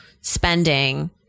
spending